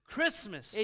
Christmas